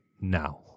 now